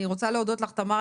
אני רוצה להודות לך תמר,